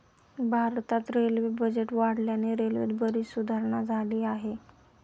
भारतात railway budget वाढल्याने रेल्वेत बरीच सुधारणा झालेली आहे